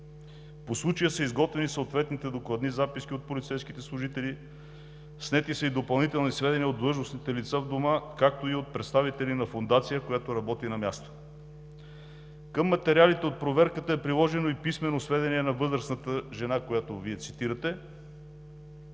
По случая са изготвени съответните докладни записки от полицейските служители, снети са и допълнителни сведения от длъжностните лица в Дома, както и от представители на фондация, която работи на място. Към материалите от проверката е приложено и писмено сведение на възрастната жена, която Вие цитирате.